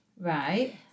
right